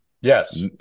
Yes